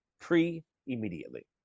pre-immediately